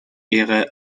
ihre